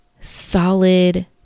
solid